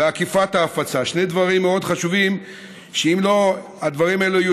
חברים טובים שלנו שנהנים מהדבר הזה,